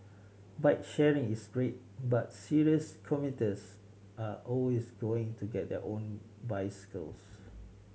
bike sharing is great but serious commuters are always going to get their own bicycles